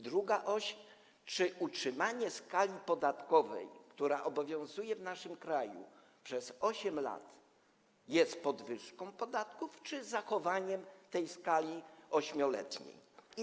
Druga oś: czy utrzymanie skali podatkowej, która obowiązuje w naszym kraju od 8 lat, jest podwyżką podatków czy zachowaniem tej 8-letniej skali.